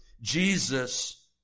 Jesus